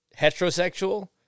heterosexual